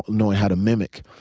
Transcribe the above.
knowing how to mimic.